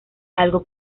algo